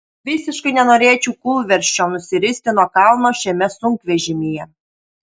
visiškai nenorėčiau kūlversčiom nusiristi nuo kalno šiame sunkvežimyje